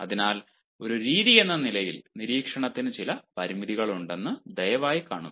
അതിനാൽ ഒരു രീതിയെന്ന നിലയിൽ നിരീക്ഷണത്തിന് ചില പരിമിതികളുണ്ടെന്ന് ദയവായി കാണുക